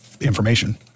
information